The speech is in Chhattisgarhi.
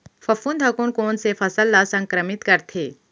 फफूंद ह कोन कोन से फसल ल संक्रमित करथे?